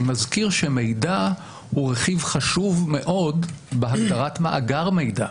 אני מזכיר שמידע הוא רכיב חשוב מאוד בהגדרת מאגר מידע,